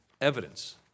evidence